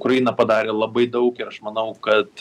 ukraina padarė labai daug ir aš manau kad